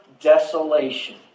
desolation